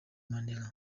mandela